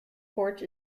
porch